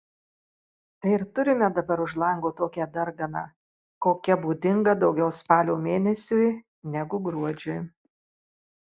tai ir turime dabar už lango tokią darganą kokia būdinga daugiau spalio mėnesiui negu gruodžiui